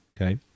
Okay